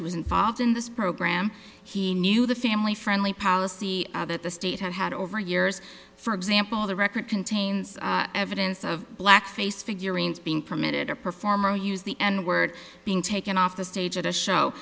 who was involved in this program he knew the family friendly policy that the state had had over years for example the record contains evidence of blackface figurines being permitted to perform or use the n word being taken off the stage at a show